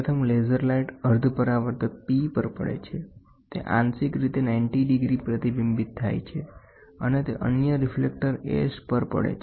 પ્રથમ laser light અર્ધ પરાવર્તક P પર પડે છે તે આંશિક રીતે 90°ડિગ્રી પ્રતિબિંબિત થાય છે અને તે અન્ય રિફ્લેક્ટર S પર પડે છે